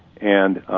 and